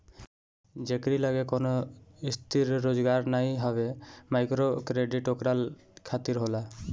जेकरी लगे कवनो स्थिर रोजगार नाइ हवे माइक्रोक्रेडिट ओकरा खातिर होला